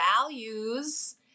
values